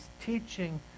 teaching